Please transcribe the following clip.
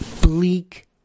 bleak